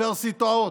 באוניברסיטאות,